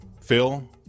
phil